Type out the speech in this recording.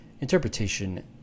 Interpretation